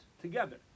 together